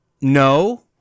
no